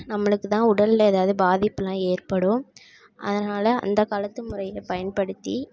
நம்மளுக்கு தான் உடலில் ஏதாவது பாதிப்புலாம் ஏற்படும் அதனால் அந்த காலத்து முறையில் பயன்படுத்தி